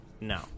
No